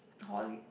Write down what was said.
Holly